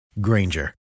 Granger